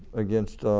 against